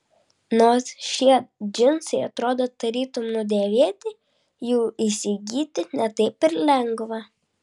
nors šie džinsai atrodo tarytum nudėvėti jų įsigyti ne taip ir lengva